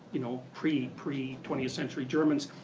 you know pre pre twentieth century germans,